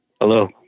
Hello